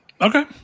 okay